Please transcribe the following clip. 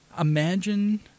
imagine